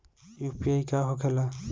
UPI का होके ला?